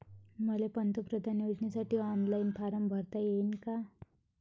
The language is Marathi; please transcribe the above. मले पंतप्रधान योजनेसाठी ऑनलाईन फारम भरता येईन का?